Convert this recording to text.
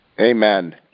amen